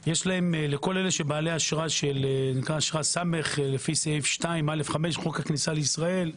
לכל מי שבעלי אשרה ס' לפי סעיף 2א'5 חוק הכניסה לישראל,